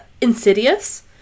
insidious